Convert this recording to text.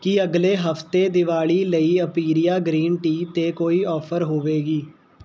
ਕੀ ਅਗਲੇ ਹਫਤੇ ਦੀਵਾਲੀ ਲਈ ਅਪੀਰੀਆ ਗ੍ਰੀਨ ਟੀ 'ਤੇ ਕੋਈ ਆਫਰ ਹੋਵੇਗੀ